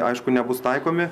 aišku nebus taikomi